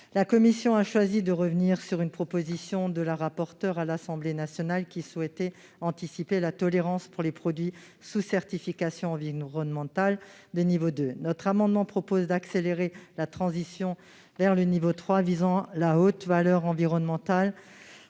La commission a choisi de revenir sur une proposition de la rapporteure de l'Assemblée nationale, qui a souhaité anticiper la fin de la tolérance pour les produits sous certification environnementale de niveau 2. Notre amendement tend à accélérer la transition vers le niveau 3, qui vise la haute valeur environnementale,